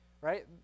Right